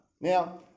Now